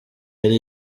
yari